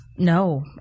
No